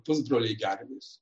pusbroliai gervės